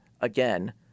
again